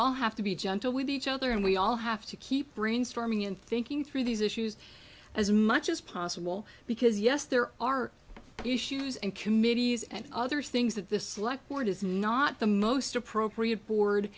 all have to be gentle with each other and we all have to keep brainstorming and thinking through these issues as much as possible because yes there are issues and committees and other things that the select board is not the most appropriate board